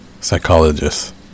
psychologist